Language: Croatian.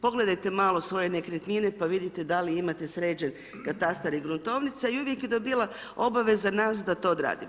Pogledajte malo svoje nekretnine, pa vidite da li imate sređen katastar i gruntovnica, i uvijek je to bila obaveza nas da to odradimo.